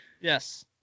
yes